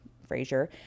Frazier